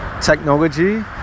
technology